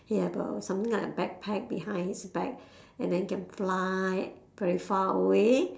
ya but something like a backpack behind his back and then can fly very far away